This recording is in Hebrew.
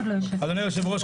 אדוני היושב-ראש,